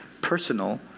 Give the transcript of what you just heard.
personal